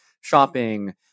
shopping